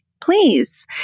please